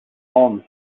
mons